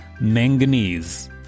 manganese